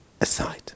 aside